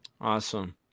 awesome